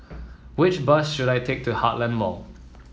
which bus should I take to Heartland Mall